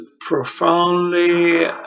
profoundly